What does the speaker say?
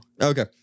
Okay